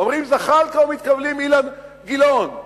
ואומרים "זחאלקה" ומתכוונים "אילן גילאון".